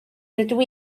rydw